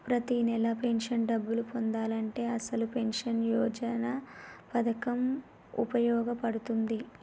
ప్రతి నెలా పెన్షన్ డబ్బులు పొందాలంటే అటల్ పెన్షన్ యోజన పథకం వుపయోగ పడుతుంది